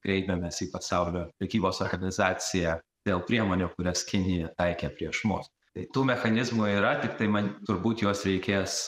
kreipėmės į pasaulio prekybos organizaciją dėl priemonių kurias kinija taikė prieš mus tai tų mechanizmų yra tiktai man turbūt juos reikės